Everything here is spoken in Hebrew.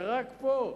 ורק פה,